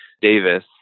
Davis